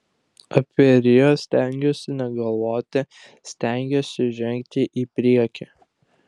apie rio stengiuosi negalvoti stengiuosi žengti į priekį